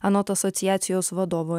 anot asociacijos vadovo